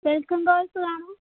welcome girls വേണോ